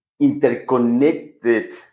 interconnected